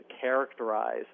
characterize